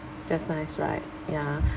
just nice right ya